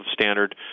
standard